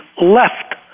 left